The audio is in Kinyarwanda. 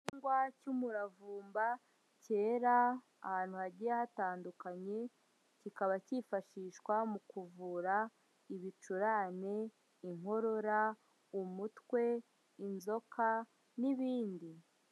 Igihingwa cy'umuravumba cyera ahantu hagiye hatandukanye, kikaba cyifashishwa mu kuvura ibicurane, inkorora, umutwe, inzoka n'ibindi.